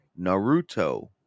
Naruto